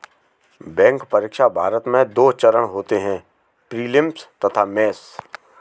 bank परीक्षा, भारत में दो चरण होते हैं प्रीलिम्स तथा मेंस